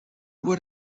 what